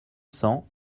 cents